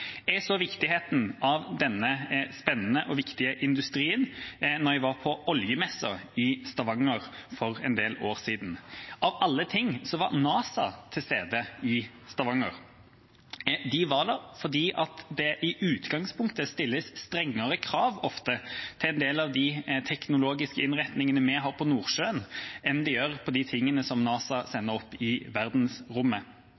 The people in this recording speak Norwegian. så viktigheten av denne spennende og viktige industrien da jeg var på oljemessa i Stavanger for en del år siden. Av alle ting var NASA til stede i Stavanger. De var der fordi det i utgangspunktet ofte stilles strengere krav til en del av de teknologiske innretningene vi har i Nordsjøen, enn det gjøres til de tingene som NASA